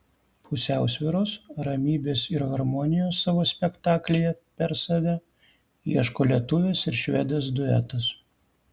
pusiausvyros ramybės ir harmonijos savo spektaklyje per save ieško lietuvės ir švedės duetas